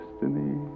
destiny